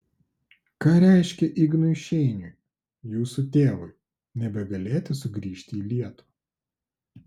ką reiškė ignui šeiniui jūsų tėvui nebegalėti sugrįžti į lietuvą